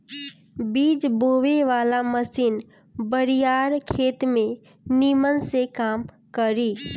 बीज बोवे वाला मशीन बड़ियार खेत में निमन से काम करी